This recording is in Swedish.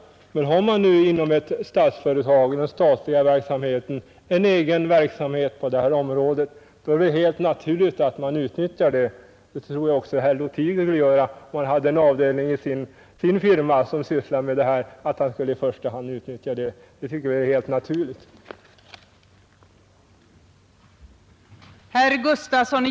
Men har man inom den statliga verksamheten ett eget företag på det här området är det helt naturligt att man utnyttjar det. Om herr Lothigius hade en avdelning in sin firma som sysslade med detta, tror jag att han också i första hand skulle utnyttja den. Det är som sagt helt naturligt att så sker.